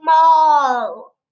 Small